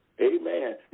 Amen